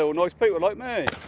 so nice people like me.